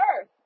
earth